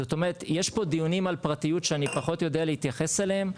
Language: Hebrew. זאת אומרת יש פה דיונים על פרטיות שאני פחות יודע להתייחס אליהם,